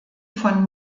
von